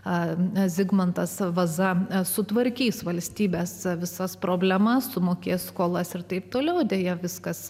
avinas zigmantas vaza sutvarkys valstybės visas problemas sumokės skolas ir taip toliau deja viskas